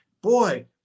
boy